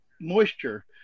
moisture